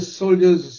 soldiers